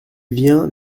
vient